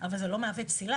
אבל זה לא מהווה פסילה.